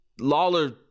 Lawler